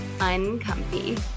uncomfy